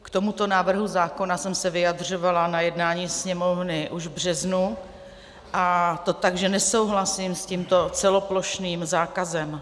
K tomuto návrhu zákona jsem se vyjadřovala na jednání Sněmovny už v březnu, a to tak, že nesouhlasím s tímto celoplošným zákazem.